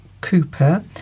cooper